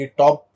top